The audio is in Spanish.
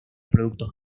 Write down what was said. productos